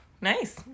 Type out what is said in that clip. Nice